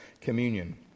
communion